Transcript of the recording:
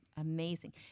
amazing